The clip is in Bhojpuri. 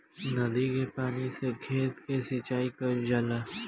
नदी के पानी से खेत के सिंचाई कईल जाला